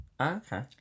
okay